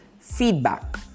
feedback